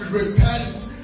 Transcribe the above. repent